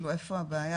איפה הבעיה?